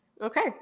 Okay